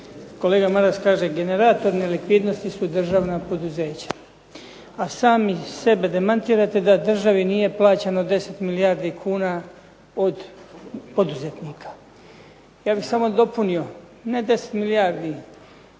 Kolega Maras kaže generator nelikvidnosti su državna poduzeća. A sami sebe demantirate da državi nije plaćeno 10 milijardi kuna od poduzetnika. Ja bih samo dopunio ne 10 milijardi